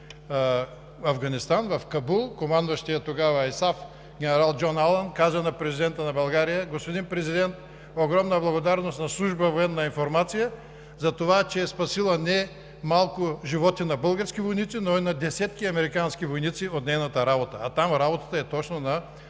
Афганистан командващият тогава ИСАФ Джон Алън каза на президента на България: „Господин Президент, огромна благодарност на Служба „Военна информация“ за това, че е спасила немалко животи на български войници, но и на десетки американски войници от нейната работа.“ А там работата е точно на